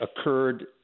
occurred